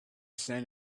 sand